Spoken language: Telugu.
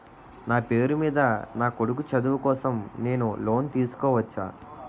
నా పేరు మీద నా కొడుకు చదువు కోసం నేను లోన్ తీసుకోవచ్చా?